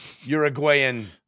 Uruguayan